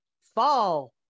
fall